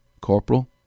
Corporal